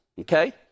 okay